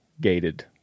gated